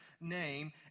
name